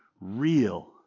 real